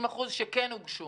ב-50% שכן הוגשו